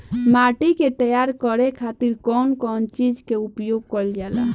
माटी के तैयार करे खातिर कउन कउन चीज के प्रयोग कइल जाला?